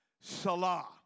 Salah